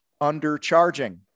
undercharging